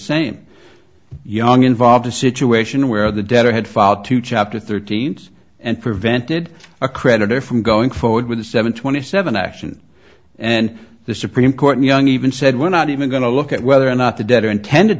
same young involved a situation where the debtor had filed to chapter thirteen pts and prevented a creditor from going forward with the seven twenty seven action and the supreme court young even said we're not even going to look at whether or not the debtor intended